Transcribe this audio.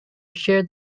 shared